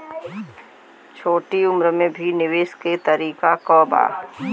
छोटी उम्र में भी निवेश के तरीका क बा?